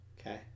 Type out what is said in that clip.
okay